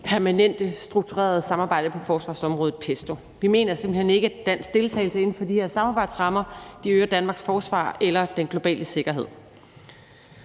Permanente Strukturerede Samarbejde på forsvarsområdet, PESCO. Vi mener simpelt hen ikke, at en dansk deltagelse inden for de her samarbejdsrammer øger Danmarks forsvar eller den globale sikkerhed.